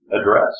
address